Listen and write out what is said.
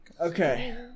Okay